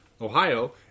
Ohio